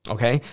Okay